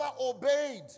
obeyed